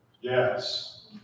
Yes